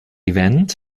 event